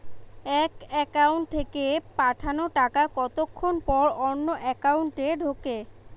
এক একাউন্ট থেকে পাঠানো টাকা কতক্ষন পর অন্য একাউন্টে ঢোকে?